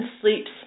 sleeps